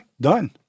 Done